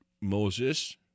Moses